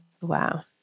wow